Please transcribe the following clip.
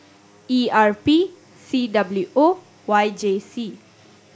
E R P C W O and Y J C